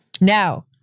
Now